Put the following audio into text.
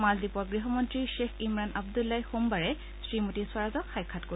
মালদ্বীপৰ গৃহমন্ত্ৰী শ্বেখ ইমৰান আন্দুল্লাই সোমবাৰে শ্ৰীমতী স্বৰাজক সাক্ষাৎ কৰিব